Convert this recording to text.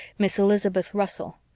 miss elizabeth russell.